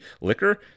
liquor